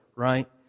Right